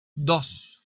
dos